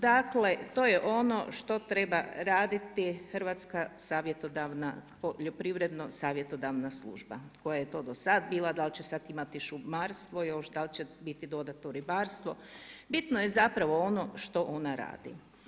Dakle, to je ono što treba raditi Hrvatska poljoprivredno savjetodavna služba koje to dosad bila, da li će sad imati šumarstvo još, da li će biti dodato ribarstvo, bitno je zapravo ono što ona radi.